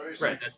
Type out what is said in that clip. Right